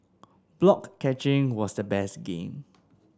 block catching was the best game